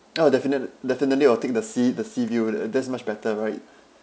oh definite~ definitely I'll take the sea~ the seaview th~ that's much better right